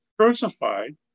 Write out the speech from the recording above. crucified